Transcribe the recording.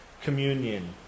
Communion